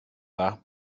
dda